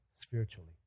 spiritually